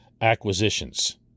acquisitions